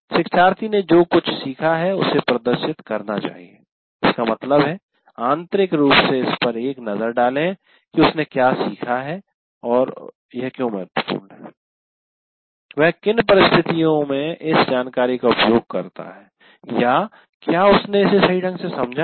शिक्षार्थी ने जो कुछ सीखा है उसे प्रदर्शित करना चाहिए इसका मतलब है आंतरिक रूप से इस पर एक नज़र डालें कि उसने क्या सीखा है और यह क्यों महत्वपूर्ण है वह किन परिस्थितियों में इस जानकारी का उपयोग करता है या क्या उसने इसे सही ढंग से समझा है